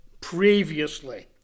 previously